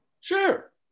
Sure